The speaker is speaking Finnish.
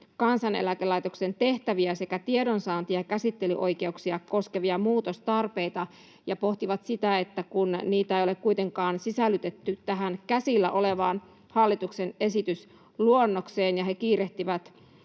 Kansaneläkelaitoksen tehtäviä sekä tiedonsaanti- ja käsittelyoikeuksia koskevia muutostarpeita ja pohtivat sitä, että kun niitä ei ole kuitenkaan sisällytetty tähän käsillä olevaan hallituksen esitysluonnokseen, niin he kiirehtivät